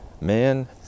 man